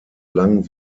lang